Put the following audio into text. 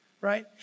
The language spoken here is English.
Right